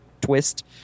twist